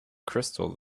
crystal